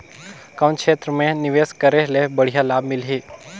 कौन क्षेत्र मे निवेश करे ले बढ़िया लाभ मिलही?